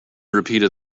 repeated